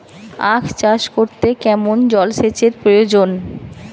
আখ চাষ করতে কেমন জলসেচের প্রয়োজন?